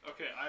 Okay